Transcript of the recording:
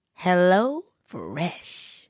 HelloFresh